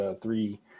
three